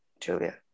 Julia